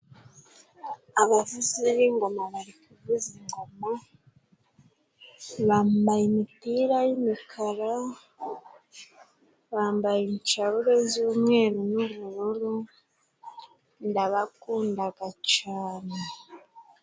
Abavuzi b'ingoma bari kuvuza ingoma, bambaye imipira y'umukara, bambaye incabure z'umweru n'ubururu, ndabakunda cyane.